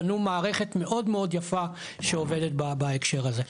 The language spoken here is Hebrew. בנו מערכת מאוד מאוד יפה שעובדת בהקשר הזה.